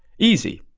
easy.